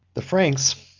the franks,